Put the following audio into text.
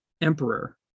emperor